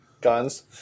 Guns